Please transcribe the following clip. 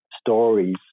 stories